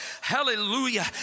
Hallelujah